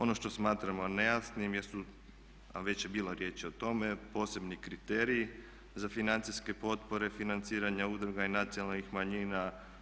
Ono što smatramo nejasnim jesu, a već je bilo riječi o tome, posebni kriteriji za financijske potpore financiranja udruga i nacionalnih manjina.